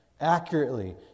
accurately